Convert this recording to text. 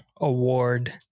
award